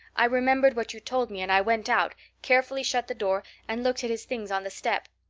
i remembered what you told me, and i went out, carefully shut the door, and looked at his things on the step.